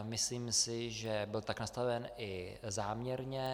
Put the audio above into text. Myslím si, že tak byl nastaven i záměrně.